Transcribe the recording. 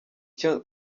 cyo